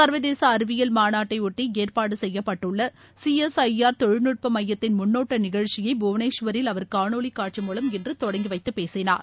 சர்வதேச அறிவியல் மாநாட்டை ஒட்டி ஏற்பாடு செய்யப்பட்டுள்ள சிஎஸ்ஐஆர் தொழில்நுட்ப மையத்தின் முன்னோட்ட நிகழ்ச்சியை புவனேஸ்வரில் அவர் காணொலி காட்சி மூலம் இன்று தொடங்கி வைத்து பேசினார்